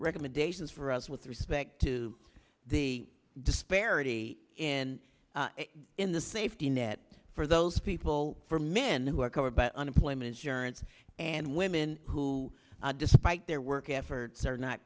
recommendations for us with respect to the disparity in in the safety net for those people for men who are covered by unemployment insurance and women who despite their work efforts are not